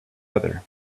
other